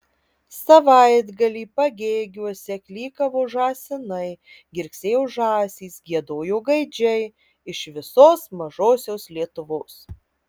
savaitgalį pagėgiuose klykavo žąsinai girgsėjo žąsys giedojo gaidžiai iš visos mažosios lietuvos